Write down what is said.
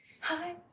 hi